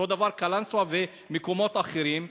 ואותו דבר קלנסואה ומקומות אחרים.